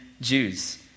Jews